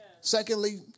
Secondly